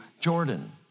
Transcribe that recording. Jordan